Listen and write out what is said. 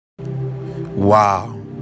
Wow